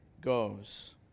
goes